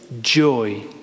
joy